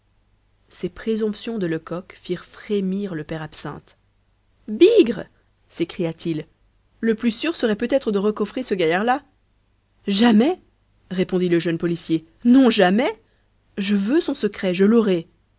ces présomptions de lecoq firent frémir le père absinthe bigre s'écria-t-il le plus sûr serait peut-être de recoffrer ce gaillard-là jamais répondit le jeune policier non jamais je veux son secret je l'aurai